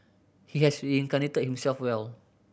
he has reincarnated himself well